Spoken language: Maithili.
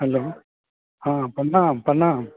हेलो हँ प्रणाम प्रणाम